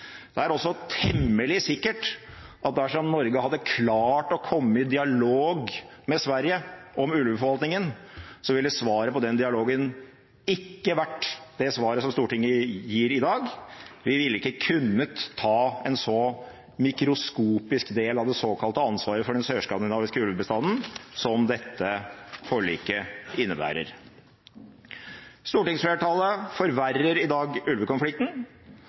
Det er også temmelig sikkert at dersom Norge hadde klart å komme i dialog med Sverige om ulveforvaltningen, ville svaret på den dialogen ikke vært det svaret som Stortinget gir i dag. Vi ville ikke kunnet ta en så mikroskopisk del av det såkalte ansvaret for den sørskandinaviske ulvebestanden som dette forliker innebærer. Stortingsflertallet forverrer i dag ulvekonflikten.